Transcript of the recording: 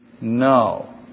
No